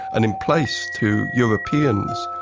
and in place to europeans.